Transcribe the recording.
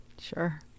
Sure